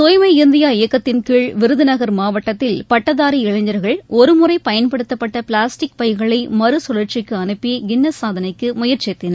தூய்மை இந்தியா இயக்கத்தின்கீழ் விருதநகர் மாவட்டத்தில் பட்டதாரி இளைஞர்கள் ஒருமுறை பயன்படுத்தப்பட்ட பிளாஸ்டிக் பைகளை மறுகழற்சிக்கு அனுப்பி கின்னஸ் சாதனைக்கு முயற்சித்தனர்